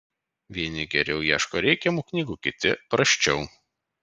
vieni geriau ieško reikiamų knygų kiti prasčiau